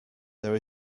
there